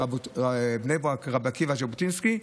רבי עקיבא-ז'בוטינסקי,